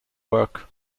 work